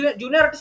junior